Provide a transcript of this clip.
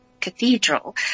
cathedral